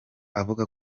avuga